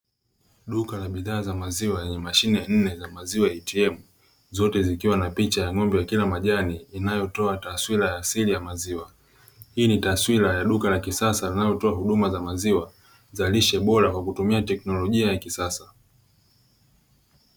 Duka la bidhaa za maziwa yenye mashine nne za maziwa “ATM” zote zikiwa na picha ya ng'ombe wa kila majani inayotoa taswira ya asili ya maziwa, hii ni taswira ya duka la kisasa linalotoa huduma za maziwa za lishe bora kwa kutumia teknolojia ya kisasa.